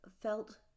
felt